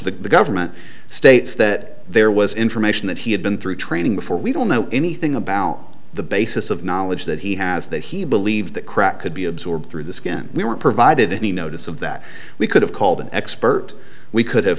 the government states that there was information that he had been through training before we don't know anything about the basis of knowledge that he has that he believed that crap could be absorbed through the skin we were provided any notice of that we could have called an expert we could have